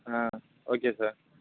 ah okay sir